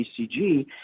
ECG